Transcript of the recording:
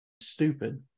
stupid